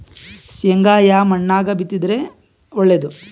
ಶೇಂಗಾ ಯಾ ಮಣ್ಣಾಗ ಬಿತ್ತಿದರ ಒಳ್ಳೇದು?